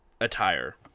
attire